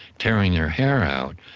tearing their hair out,